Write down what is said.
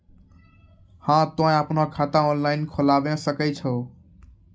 हाँ तोय आपनो खाता ऑनलाइन खोलावे सकै छौ?